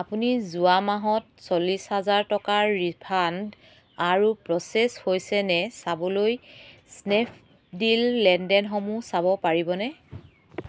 আপুনি যোৱা মাহত চল্লিছ হাজাৰ টকাৰ ৰিফাণ্ড আৰু প্ৰ'চেছ হৈছে নে চাবলৈ স্নেপডীল লেনদেনসমূহ চাব পাৰিবনে